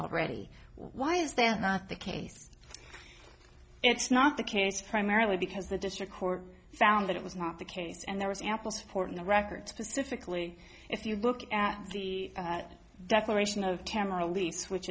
already why is that not the case it's not the case primarily because the district court found that it was not the case and there was ample support in the records specifically if you look at the declaration of tamar lease which